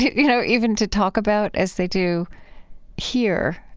you know, even to talk about as they do here,